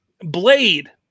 blade